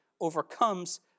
overcomes